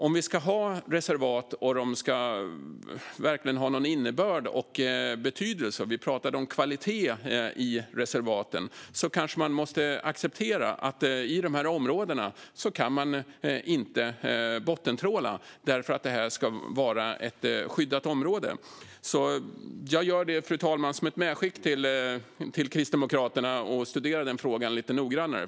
Om vi ska ha reservat och de verkligen ska ha någon innebörd och betydelse - vi talade om kvalitet i reservaten - kanske man måste acceptera att man inte kan bottentråla i dessa områden, eftersom detta ska vara skyddade områden. Jag gör detta som ett medskick till Kristdemokraterna, så att de kan studera denna fråga lite noggrannare.